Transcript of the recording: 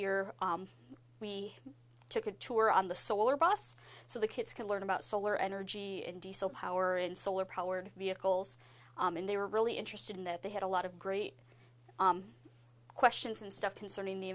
year we took a tour on the solar boss so the kids can learn about solar energy and diesel power and solar powered vehicles and they were really interested in that they had a lot of great questions and stuff concerning the